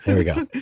and we go.